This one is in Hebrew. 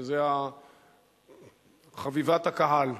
שזו חביבת הקהל.